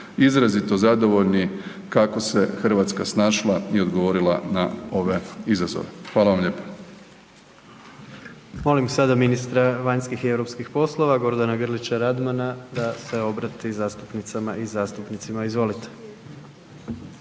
izrazito zadovoljni kako se Hrvatska snašla i odgovorila na ovaj izazov. Hvala vam lijepo.